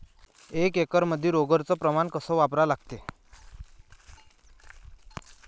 एक एकरमंदी रोगर च प्रमान कस वापरा लागते?